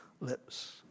lips